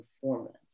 performance